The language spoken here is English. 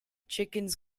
chickens